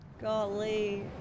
Golly